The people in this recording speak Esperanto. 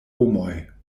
homoj